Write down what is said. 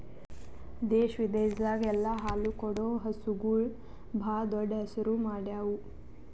ದೇಶ ವಿದೇಶದಾಗ್ ಎಲ್ಲ ಹಾಲು ಕೊಡೋ ಹಸುಗೂಳ್ ಭಾಳ್ ದೊಡ್ಡ್ ಹೆಸರು ಮಾಡ್ಯಾವು